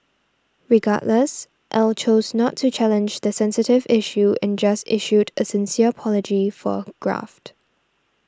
regardless Ell chose not to challenge the sensitive issue and just issued a sincere apology for graft